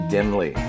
Dimly